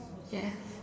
yes